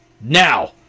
Now